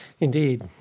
Indeed